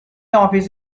office